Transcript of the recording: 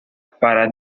para